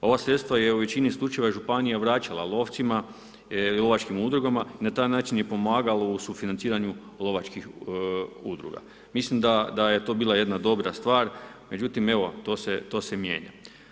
Ova sredstva je u većini slučajeva županija vraćala lovcima, lovačkim udrugama i na taj način je pomagala u sufinanciranju lovačkih udruga, mislim da je to bila jedna dobra stvar, međutim evo to se mijenja.